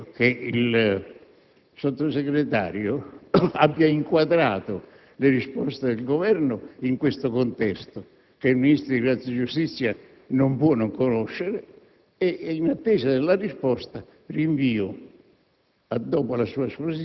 Spero che il Sottosegretario abbia inquadrato le risposte del Governo in questo contesto, che il Ministro della giustizia non può non conoscere. In attesa della risposta, rinvio